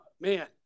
man